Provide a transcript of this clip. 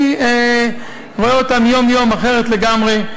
אני רואה אותם יום-יום אחרת לגמרי.